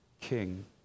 King